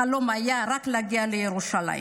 החלום היה רק להגיע לירושלים.